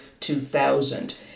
2000